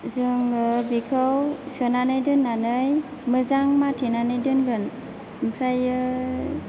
जोङो बेखौ सोनानै दोननानै मोजां माथेनानै दोनगोन ओमफ्रायो